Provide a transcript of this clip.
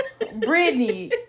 Britney